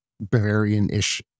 Bavarian-ish